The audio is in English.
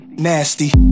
nasty